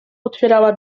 otwierała